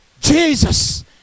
Jesus